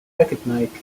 recognised